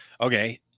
okay